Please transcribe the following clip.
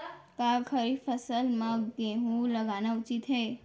का खरीफ फसल म गेहूँ लगाना उचित है?